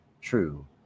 true